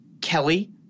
Kelly